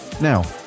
now